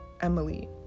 Emily